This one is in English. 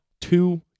Two